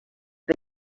but